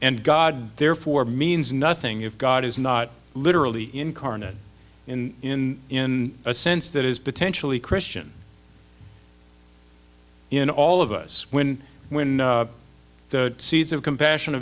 and god therefore means nothing if god is not literally incarnate in in a sense that is potentially christian in all of us when when the seeds of compassion